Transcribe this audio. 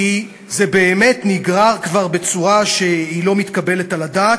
כי זה באמת נגרר כבר בצורה שלא מתקבלת על הדעת,